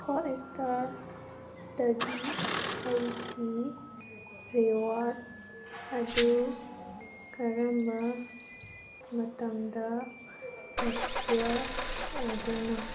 ꯍꯣꯠꯏꯁꯇꯥꯔꯇꯒꯤ ꯑꯩꯒꯤ ꯔꯤꯋꯥꯔꯗ ꯑꯗꯨ ꯀꯔꯝꯕ ꯃꯇꯝꯗ ꯑꯦꯛꯁꯄꯤꯌꯔ ꯑꯣꯏꯗꯣꯏꯅꯣ